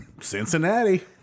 Cincinnati